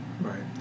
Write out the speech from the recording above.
Right